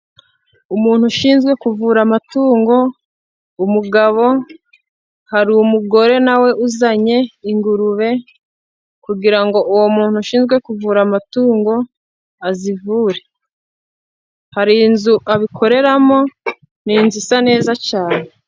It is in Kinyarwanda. Umuntu ushinzwe kuvura amatungo umugabo, hari umugore nawe uzanye ingurube, kugira uwo muntu ashinzwe kuvura amatungo azivure, hari inzu abikoreramo ni inzu isa neza cyane.